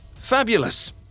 Fabulous